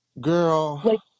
Girl